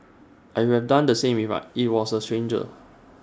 I would have done the same IT was A stranger